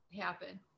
happen